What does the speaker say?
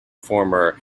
former